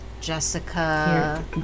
Jessica